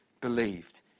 believed